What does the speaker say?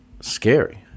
scary